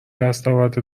دستاورد